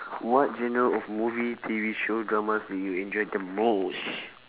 what genre of movie T_V show dramas do you enjoy the most